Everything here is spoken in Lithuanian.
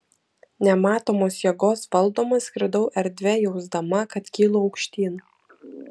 nematomos jėgos valdoma skridau erdve jausdama kad kylu aukštyn